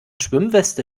schwimmweste